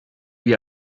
wie